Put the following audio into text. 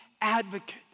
advocate